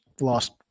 lost